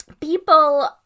people